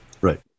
Right